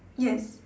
yes